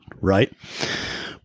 right